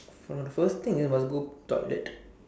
for the first thing is want to go toilet